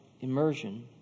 immersion